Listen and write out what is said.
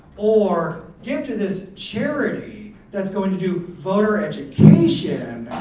or give to this charity that's going to do voter education.